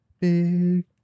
big